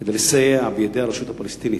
כדי לסייע בידי הרשות הפלסטינית,